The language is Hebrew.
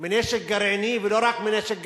מנשק גרעיני, ולא רק מנשק גרעיני,